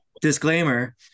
disclaimer